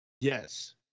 Yes